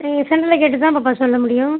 சென்டரில் கேட்டு தான் பாப்பா சொல்ல முடியும்